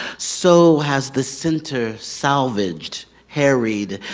so has the center salvaged, harried,